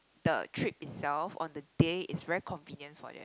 the trip itself on the day is very convenience for them